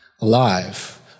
alive